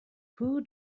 who